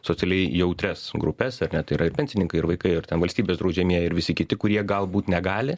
socialiai jautrias grupes ar ne tai yra ir pensininkai ir vaikai ir ten valstybės draudžiamieji ir visi kiti kurie galbūt negali